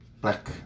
black